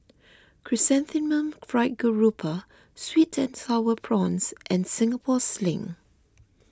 Chrysanthemum Fried Garoupa Sweet and Sour Prawns and Singapore Sling